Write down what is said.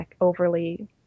overly